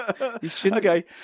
Okay